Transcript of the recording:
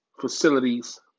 facilities